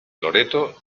loreto